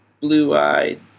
Blue-eyed